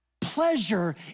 pleasure